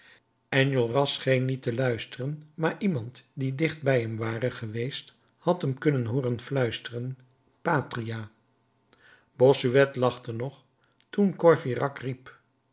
enjolras scheen niet te luisteren maar iemand die dicht bij hem ware geweest had hem kunnen hooren fluisteren patria bossuet lachte nog toen courfeyrac riep